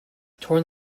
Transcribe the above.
torn